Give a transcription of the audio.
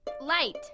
Light